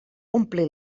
ompli